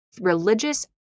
religious